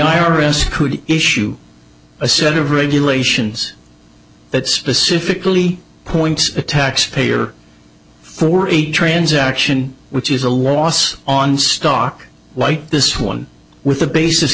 could issue a set of regulations that specifically point a taxpayer for a transaction which is a loss on stock like this one with a basis